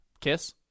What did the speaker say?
Kiss